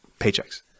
paychecks